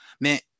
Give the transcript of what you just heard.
mais